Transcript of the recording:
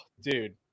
dude